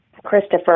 Christopher